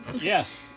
yes